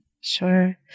Sure